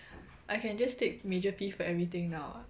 I can just take major P_E for everything now